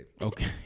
Okay